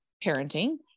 parenting